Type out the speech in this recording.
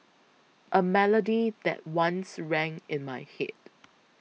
a melody that once rang in my head